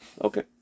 Okay